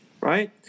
right